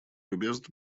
любезно